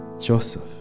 Joseph